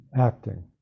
acting